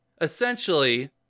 Essentially